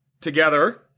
together